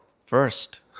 first